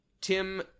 Tim